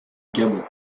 gabon